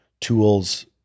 tools